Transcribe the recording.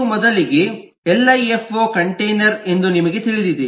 ಇದು ಮೊದಲಿಗೆ LIFO container ಎಂದು ನಿಮಗೆ ತಿಳಿದಿದೆ